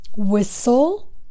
Whistle